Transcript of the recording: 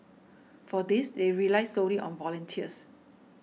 for this they rely solely on volunteers